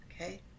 okay